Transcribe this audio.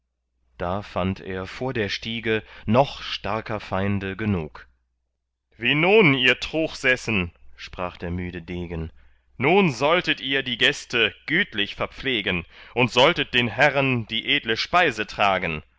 da fand er vor der stiege noch starker feinde genug wie nun ihr truchsessen sprach der müde degen nun solltet ihr die gäste gütlich verpflegen und solltet den herren die edle speise tragen